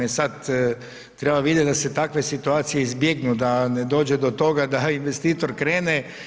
E sada, treba vidjeti da se takve situacije izbjegnu, da ne dođe do toga da investitor krene.